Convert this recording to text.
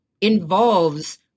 involves